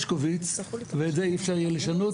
הרשקוביץ' ואת זה אי אפשר יהיה לשנות,